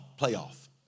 playoff